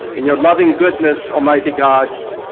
and your loving goodness, almighty god,